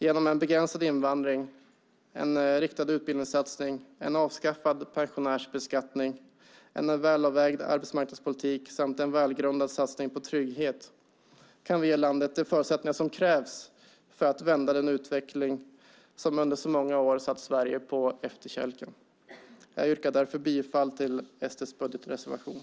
Genom en begränsad invandring, en riktad utbildningssatsning, en avskaffad pensionärsbeskattning, en välavvägd arbetsmarknadspolitik samt en välgrundad satsning på trygghet kan vi ge landet de förutsättningar som krävs för att vända den utveckling som under så många år har satt Sverige på efterkälken. Jag yrkar därför bifall till SD:s budgetreservation.